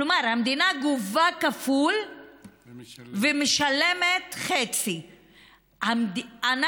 כלומר, המדינה גובה כפול ומשלמת חצי בקצבאות.